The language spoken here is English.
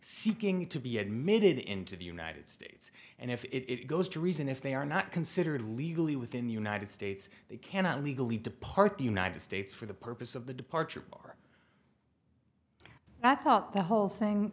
seeking to be admitted into the united states and if it goes to reason if they are not considered legally within the united states they cannot legally depart the united states for the purpose of the departure or i thought the whole thing